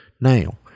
Now